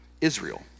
Israel